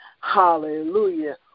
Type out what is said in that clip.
Hallelujah